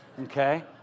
okay